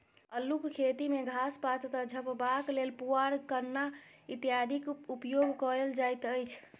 अल्लूक खेती मे घास पात सॅ झपबाक लेल पुआर, कन्ना इत्यादिक उपयोग कयल जाइत अछि